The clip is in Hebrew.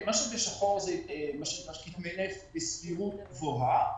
שבשחור זה כתמי נפט בסבירות גבוהה.